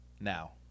now